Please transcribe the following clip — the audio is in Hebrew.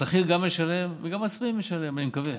גם השכיר משלם וגם העצמאי משלם, אני מקווה.